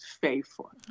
faithful